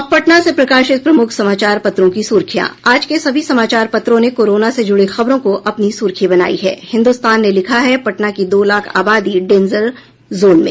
अब पटना से प्रकाशित प्रमुख समाचार पत्रों की सुर्खियां आज के सभी समाचार पत्रों ने कोरोना से जुड़ी खबर को अपनी सुर्खी बनायी है हिन्द्रस्तान ने लिखा है पटना की दो लाख आबादी डेंजर जोन में